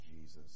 Jesus